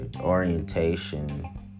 orientation